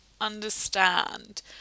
understand